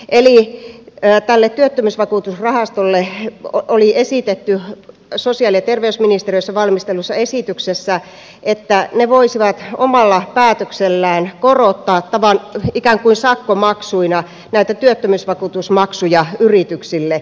eli työttömyysvakuutusrahastolle oli esitetty sosiaali ja terveysministeriössä valmistellussa esityksessä että ne voisivat omalla päätöksellään korottaa ikään kuin sakkomaksuina näitä työttömyysvakuutusmaksuja yrityksille